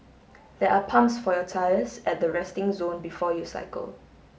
there are pumps for your tyres at the resting zone before you cycle